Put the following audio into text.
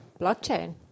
Blockchain